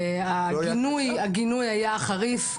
והגינוי היה חריף,